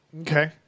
Okay